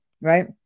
Right